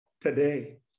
today